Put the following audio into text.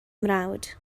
mrawd